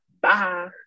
Bye